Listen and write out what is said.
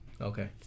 Okay